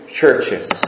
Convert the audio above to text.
churches